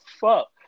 fuck